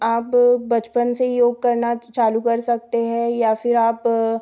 आप बचपन से योग करना चालू कर सकते हैं या फिर आप